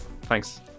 Thanks